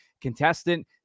contestant